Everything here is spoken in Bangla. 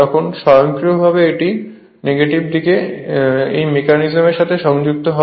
তখন স্বয়ংক্রিয়ভাবে এটি নেগেটিভ দিক এই মেকানিজমের সাথে সংযুক্ত হবে